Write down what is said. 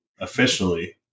officially